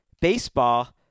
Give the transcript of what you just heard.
baseball